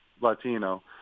Latino